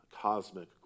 cosmic